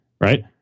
Right